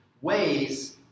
ways